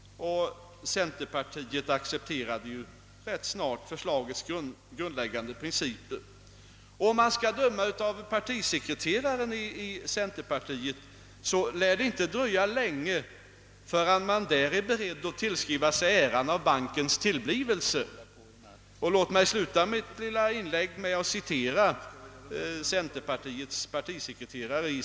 Centerpartiet accepterade ju rätt snart förslagets grundläggande principer — och att döma av uttalanden som centerpartiets partisekreterare gjort, så lär det inte dröja länge innan man där är beredd att tillskriva sig äran för bankens tillblivelse. Låt mig sluta mitt lilla inlägg med att citera vad centerpartiets sekreterare sagt.